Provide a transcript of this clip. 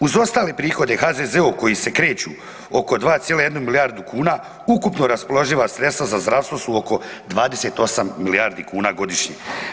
Uz ostale prihode HZZO-a koji se kreću oko 2,1 milijardu kuna ukupno raspoloživa sredstva za zdravstvo su oko 28 milijardi kuna godišnje.